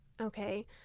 okay